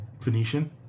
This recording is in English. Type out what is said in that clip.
Phoenician